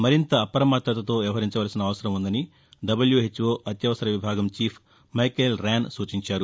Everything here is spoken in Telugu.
మరింత అప్రమత్తకో వ్యవహరించాల్సిన అవసరం ఉందని డబ్ల్యాహెచ్ఓ అత్యవసర విభాగం చీఫ్ మైకేల్ ర్యాన్ సూచించారు